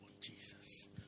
jesus